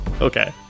okay